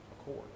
accord